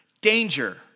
danger